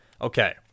Okay